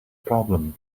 problem